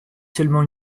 seulement